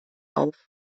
auf